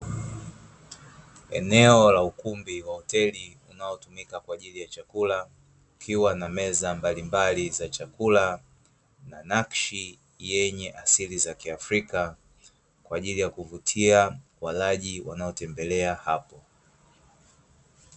Eneo la ukumbi wa hoteli unaotumika kwa ajili ya chakula kukiwa na meza mbalimbali za chakula na nakshi yenye asili za kiafrika kwa ajili ya kuvutia walaji wanaotembelea hapo.